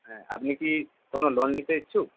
হ্যাঁ আপনি কি কোনো লোন নিতে ইচ্ছুক